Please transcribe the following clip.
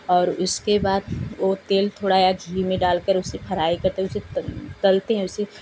और उसके बाद वो तेल थोड़ा या घी में डाल कर उसे फराई करते है उसे तलते हैं उसे